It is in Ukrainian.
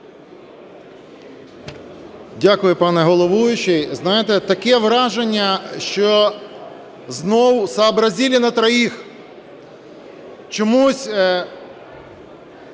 Дякую, пане головуючий. Знаєте, таке враження, що знову "сообразили на троих". Чомусь